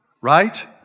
right